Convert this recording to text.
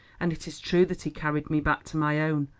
and it is true that he carried me back to my own.